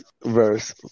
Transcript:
Verse